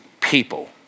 people